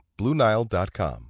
BlueNile.com